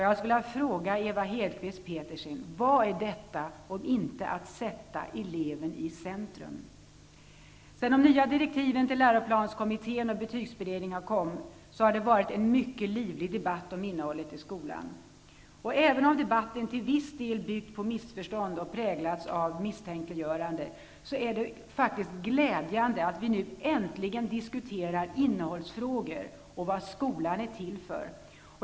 Jag skulle vilja fråga Ewa Hedkvist Petersen: Vad är detta om inte att sätta eleven i centrum? Sedan de nya direktiven till läroplanskommittén och betygsberedningen kom har det varit en mycket livlig debatt om innehållet i skolan. Även om debatten till viss del har byggt på missförstånd och präglats av misstänkliggöranden, är det faktiskt glädjande att vi nu äntligen diskuterar innehållsfrågor och vad skolan är till för.